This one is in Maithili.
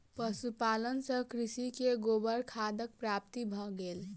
पशुपालन सॅ कृषक के गोबर खादक प्राप्ति भ गेल